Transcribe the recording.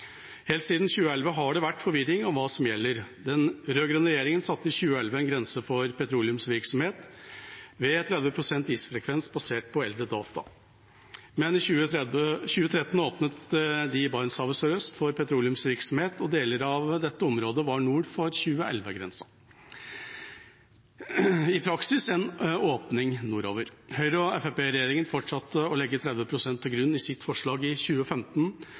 Helt siden 2011 har det vært forvirring om hva som gjelder. Den rød-grønne regjeringa satte i 2011 en grense for petroleumsvirksomhet ved 30 pst. isfrekvens basert på eldre data. Men i 2013 åpnet de Barentshavet sørøst for petroleumsvirksomhet, og deler av dette området var nord for 2011-grensa – i praksis en åpning nordover. Høyre–Fremskrittsparti-regjeringa fortsatte å legge 30 pst. til grunn i sitt forslag i 2015,